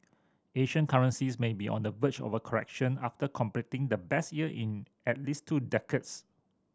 Asian currencies may be on the verge of a correction after completing the best year in at least two decades